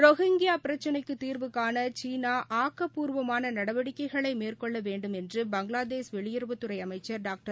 Rohingya பிரச்சினைக்கு தீர்வுகாண சீனா ஆக்கப்பூர்வமான நடவடிக்கைளை மேற்கொள்ள வேண்டும் என்று பங்களாதேஷ் வெளியுறவுத்துறை அமைச்சர் டாக்டர்